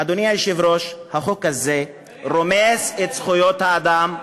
אדוני היושב-ראש, החוק הזה רומס את זכויות האדם,